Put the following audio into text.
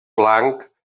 blanc